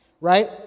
Right